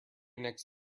next